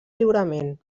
lliurement